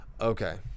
Okay